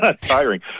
Tiring